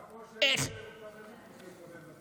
גם ראש העיר ביתר עילית